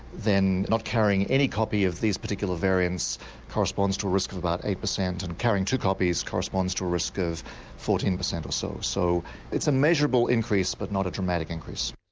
then not carrying any copy of these particular variants corresponds to a risk of about eight percent and carrying two copies corresponds to a risk of fourteen percent or so. so it's a measurable increase but not a dramatic increase.